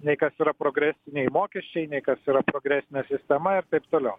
nei kas yra progresiniai mokesčiai nei kas yra progresinė sistema ir taip toliau